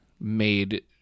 made